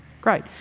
Great